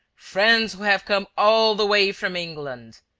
friends who have come all the way from england!